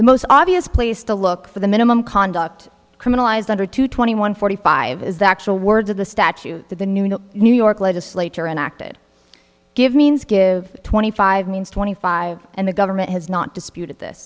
the most obvious place to look for the minimum conduct criminalized under two twenty one forty five is the actual words of the statute that the new new york legislature enacted give means give twenty five means twenty five and the government has not disputed this